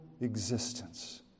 existence